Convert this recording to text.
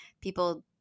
people